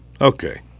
Okay